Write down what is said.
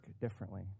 differently